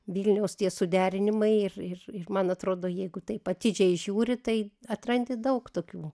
vilniaus tie suderinimai ir ir man atrodo jeigu taip atidžiai žiūri tai atrandi daug tokių